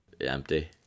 Empty